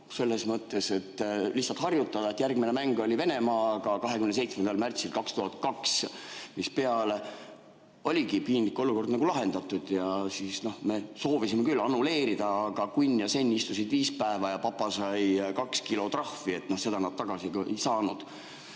selles mõttes, et lihtsalt harjutada, sest järgmine mäng oli Venemaaga 27. märtsil 2002. Seepeale oligi piinlik olukord lahendatud. Siis me soovisime küll annulleerida, aga Kunn ja Sen istusid viis päeva ja Papa sai kaks kilo trahvi, seda nad tagasi ei saanud.